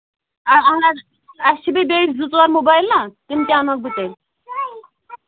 اَے اَہَن حظ اَسہِ چھِ بیٚیہِ زٕ ژور موبِایِل نا تِم تہِ اَنہو بہٕ تیٚلہِ